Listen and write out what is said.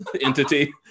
entity